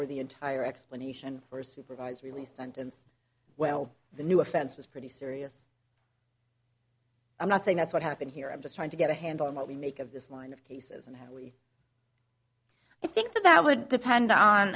were the entire explanation for supervised release sentence well the new offense was pretty serious i'm not saying that's what happened here i'm just trying to get a handle on what we make of this line of cases and how we think that that would depend on